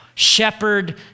Shepherd